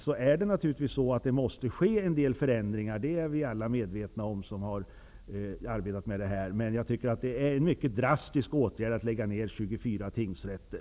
Alla som arbetat med denna fråga är väl medvetna om det. Men det är en mycket drastisk åtgärd att lägga ned 24 tingsrätter.